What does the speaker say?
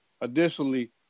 Additionally